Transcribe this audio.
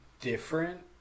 different